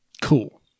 cool